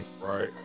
Right